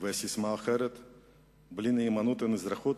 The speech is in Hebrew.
ססמה אחרת היתה: בלי נאמנות אין אזרחות.